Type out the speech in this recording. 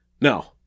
No